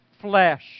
flesh